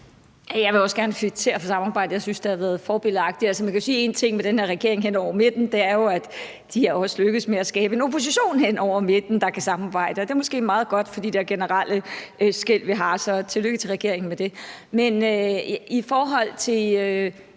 gerne kvittere for samarbejdet. Jeg synes, det har været forbilledligt. Man kan jo sige én ting om den her regering hen over midten, og det er, at de også er lykkedes med at skabe en opposition hen over midten, der kan samarbejde, og det er måske meget godt i forhold til de der generelle skel, vi har. Så tillykke til regeringen med det. I forhold til